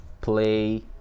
play